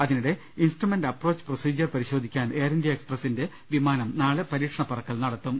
അതിനിടെ instrument approach procedure പരിശോധിക്കാൻ എയർ ഇന്ത്യ എക്സ്പ്രസ്സിന്റെ വിമാനം നാളെ പരീക്ഷണ പറക്കൽ നടത്തും